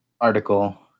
article